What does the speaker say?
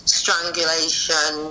strangulation